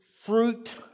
fruit